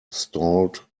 stalled